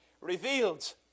revealed